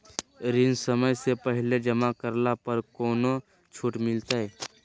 ऋण समय से पहले जमा करला पर कौनो छुट मिलतैय?